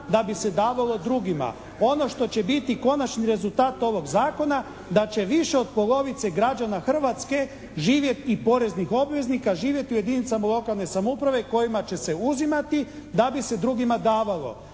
da bi se davalo drugima. Ono što će biti konačni rezultat ovog Zakona, da će više od polovice građana Hrvatske živjeti, i poreznih obveznika, živjeti u jedinicama lokalne samouprave kojima će se uzimati da bi se drugima davalo.